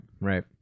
right